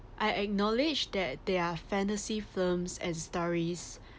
I acknowledge that they are fantasy films and stories